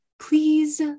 please